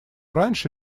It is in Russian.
раньше